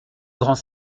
grands